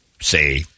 say